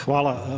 Hvala.